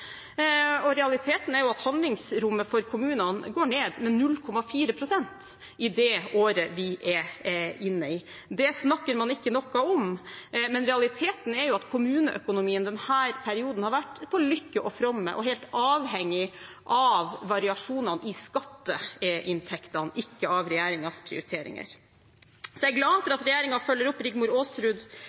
Realiteten er at handlingsrommet for kommunene går ned med 0,4 pst. i det året vi er inne i. Det snakker man ikke noe om, men realiteten er at kommuneøkonomien i denne perioden har vært på lykke og fromme og helt avhengig av variasjonene i skatteinntektene, ikke av regjeringens prioriteringer. Jeg er glad for at regjeringen følger opp Rigmor Aasrud,